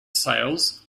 sales